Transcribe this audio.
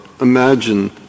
Imagine